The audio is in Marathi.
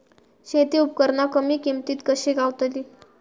शेती उपकरणा कमी किमतीत कशी गावतली?